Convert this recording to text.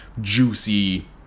juicy